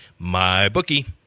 MyBookie